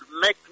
make